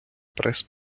прес